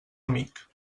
amic